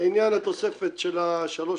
לעניין התוספת של 3%,